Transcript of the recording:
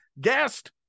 Guest